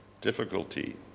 difficulty